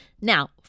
Now